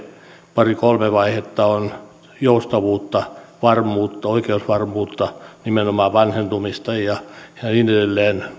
pari kolme vaihetta on joustavuutta oikeusvarmuutta vahvistettu nimenomaan vanhentumista korjattu ja niin edelleen